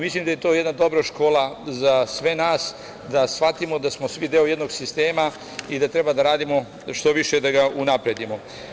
Mislim da je to jedna dobra škola za sve nas, da shvatimo da smo svi deo jednog sistema i da treba da radimo što više da ga unapredimo.